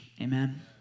Amen